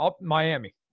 Miami